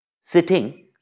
sitting